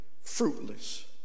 fruitless